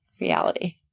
reality